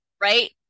right